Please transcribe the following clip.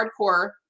hardcore